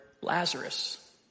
Lazarus